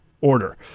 order